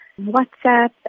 WhatsApp